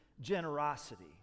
generosity